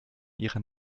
ihrer